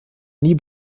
nie